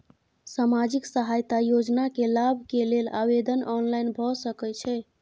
सामाजिक सहायता योजना के लाभ के लेल आवेदन ऑनलाइन भ सकै छै?